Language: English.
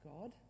God